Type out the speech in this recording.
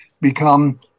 become